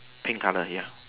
pink colour ya